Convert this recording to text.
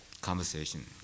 conversation